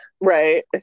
Right